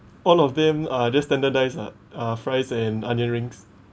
all of them are just standardised ah uh fries and onion rings